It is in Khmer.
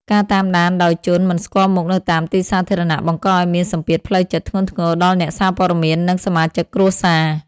ការតាមដានដោយជនមិនស្គាល់មុខនៅតាមទីសាធារណៈ បង្កឱ្យមានសម្ពាធផ្លូវចិត្តធ្ងន់ធ្ងរដល់អ្នកសារព័ត៌មាន និងសមាជិកគ្រួសារ។